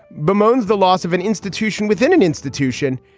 bemoans the loss of an institution within an institution,